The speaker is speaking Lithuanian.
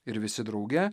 ir visi drauge